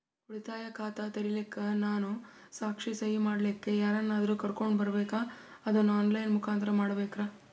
ಉಳಿತಾಯ ಖಾತ ತೆರಿಲಿಕ್ಕಾ ನಾನು ಸಾಕ್ಷಿ, ಸಹಿ ಮಾಡಲಿಕ್ಕ ಯಾರನ್ನಾದರೂ ಕರೋಕೊಂಡ್ ಬರಬೇಕಾ ಅದನ್ನು ಆನ್ ಲೈನ್ ಮುಖಾಂತ್ರ ಮಾಡಬೇಕ್ರಾ?